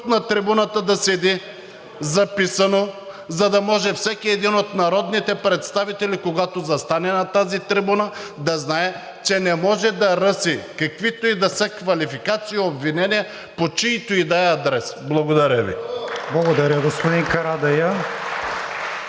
на трибуната да седи записано, за да може всеки един от народните представители, когато застане на тази трибуна, да знае, че не може да ръси каквито и да са квалификации и обвинения по чийто и да е адрес. Благодаря Ви. (Ръкопляскания